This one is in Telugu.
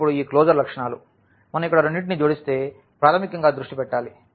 మరియు ఇప్పుడు ఈ క్లోజర్ లక్షణాలు మనం ఇక్కడ రెండింటిని జోడిస్తే ప్రాథమికంగా దృష్టి పెట్టాలి